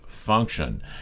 Function